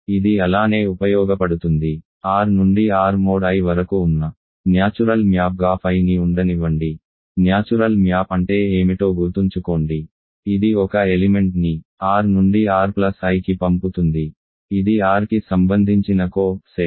ఇది అలానే ఉపయోగపడుతుంది R నుండి R మోడ్ I వరకు ఉన్న న్యాచురల్ మ్యాప్గా phi ని ఉండనివ్వండి న్యాచురల్ మ్యాప్ అంటే ఏమిటో గుర్తుంచుకోండి ఇది ఒక ఎలిమెంట్ ని r నుండి r ప్లస్ Iకి పంపుతుంది ఇది rకి సంబంధించిన కో సెట్